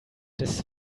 des